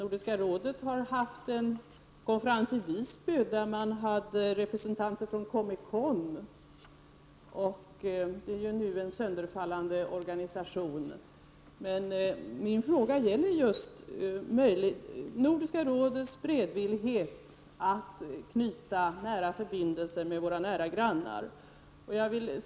Nordiska rådet har haft en konferens i Visby, dit man inbjöd representanter för COMECON, en nu sönderfallande organisation. Min fråga avsåg just Nordiska rådets beredvillighet att knyta nära förbindelser med våra nära grannar.